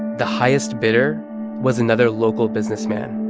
the highest bidder was another local businessman,